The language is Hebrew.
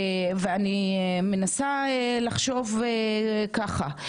ואני מנסה לחשוב ככה,